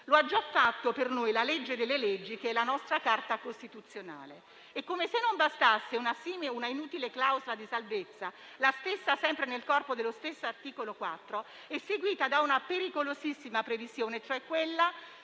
Lo ha già fatto per noi la legge delle leggi, che è la nostra Carta costituzionale. E, come se non bastasse, è inutile una simile clausola di salvezza, che, sempre nel corpo dello stesso articolo 4, è seguita da una pericolosissima previsione, e cioè che